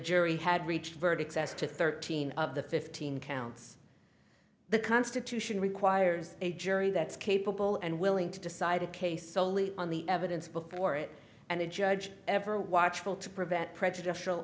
jury had reached verdicts as to thirteen of the fifteen counts the constitution requires a jury that is capable and willing to decide a case solely on the evidence before it and the judge ever watchful to prevent prejudicial